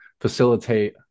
facilitate